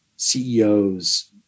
CEOs